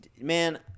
Man